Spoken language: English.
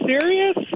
serious